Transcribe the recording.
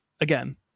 again